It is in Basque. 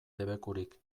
debekurik